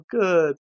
good